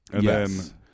Yes